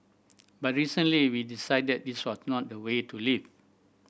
but recently we decided this was not the way to live